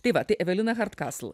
tai va tai evelina hart kasl